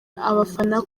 abafana